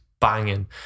banging